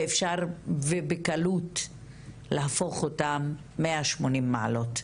ואפשר בקלות להפוך אותם ב-180 מעלות.